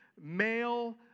male